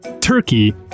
turkey